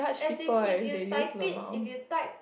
as in if you type it if you type